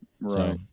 right